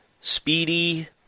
speedy